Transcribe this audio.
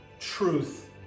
truth